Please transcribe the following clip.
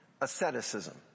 asceticism